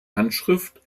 handschrift